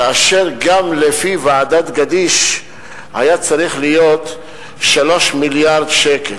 כאשר גם לפי ועדת-גדיש הוא היה צריך להיות 3 מיליארד שקל.